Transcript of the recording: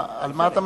על מה אתה מדבר?